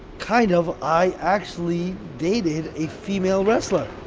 kind of i actually dated a female wrestler